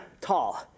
tall